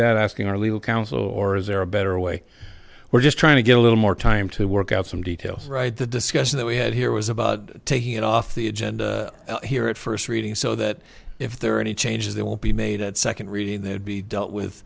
that asking our legal counsel or is there a better way we're just trying to get a little more time to work out some details right the discussion that we had here was about taking it off the agenda here at first reading so that if there are any changes they will be made at second reading that would be dealt with